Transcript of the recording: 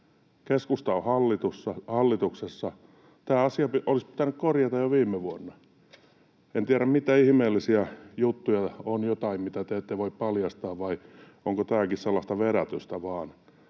Keskusta on hallituksessa. Tämä asia olisi pitänyt korjata jo viime vuonna. En tiedä, mitä ihmeellisiä juttuja on, jotain, mitä te ette voi paljastaa, vai onko tämäkin sellaista vedätystä vain.